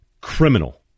criminal